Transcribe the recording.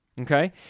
Okay